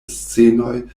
scenoj